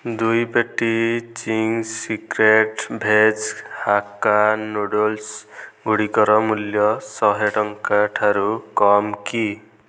ଦୁଇ ପେଟି Ching's Secret veg hakka noodles ଗୁଡ଼ିକର ମୂଲ୍ୟ ଶହେ ଟଙ୍କା ଠାରୁ କମ୍ କି